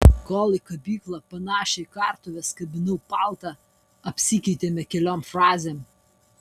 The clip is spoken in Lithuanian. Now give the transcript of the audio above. kol į kabyklą panašią į kartuves kabinau paltą apsikeitėme keliom frazėm